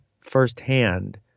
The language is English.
firsthand